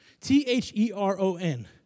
T-H-E-R-O-N